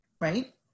Right